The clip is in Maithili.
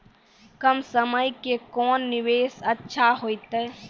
कम समय के कोंन निवेश अच्छा होइतै?